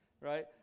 Right